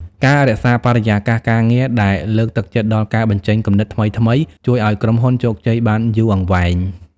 ការរក្សាបរិយាកាសការងារដែលលើកទឹកចិត្តដល់ការបញ្ចេញគំនិតថ្មីៗជួយឱ្យក្រុមហ៊ុនជោគជ័យបានយូរអង្វែង។